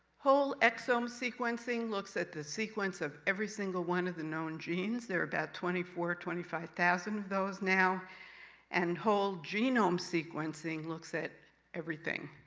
whole exome sequencing looks at the sequence of every single one of the known genes. there about twenty-four twenty-five thousand of those now and whole genome sequencing looks at everything.